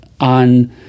on